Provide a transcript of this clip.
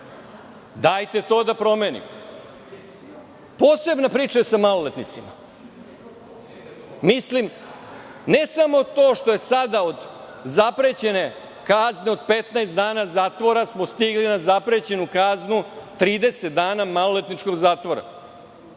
Dajte to da promenimo. Posebna priča je sa maloletnicima. Ne samo to što smo sada od zaprećene kazne od 15 dana zatvora smo stigli na zaprećenu kaznu 30 dana maloletničkog zatvora.